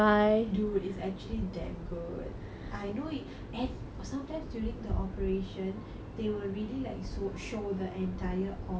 dude is actually damn good I know it it's sometimes during the operation they will really like still show the entire organ